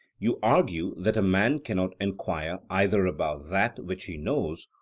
you argue that a man cannot enquire either about that which he knows,